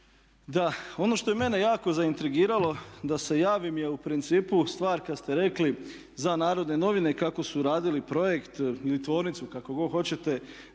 Da, ono što je mene jako zaintrigiralo da se javim je u principu stvar kad ste rekli za Narodne novine kako su radili projekt ili tvornicu kako god hoćete,